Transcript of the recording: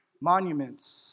monuments